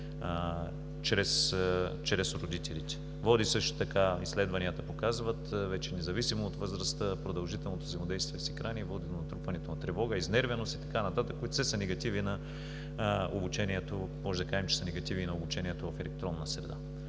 чрез родителите. Също така изследванията показват, че независимо от възрастта продължителното взаимодействие с екрани води до натрупването на тревога, изнервеност и така нататък, които можем да кажем, че са негативи на обучението в електронна среда.